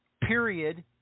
period